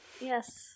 Yes